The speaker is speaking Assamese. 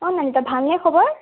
অঁ নন্দিতা ভালনে খবৰ